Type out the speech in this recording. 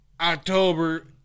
October